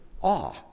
awe